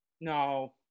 No